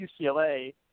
UCLA